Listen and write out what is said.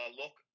look